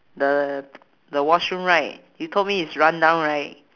the the washroom right you told me is run-down right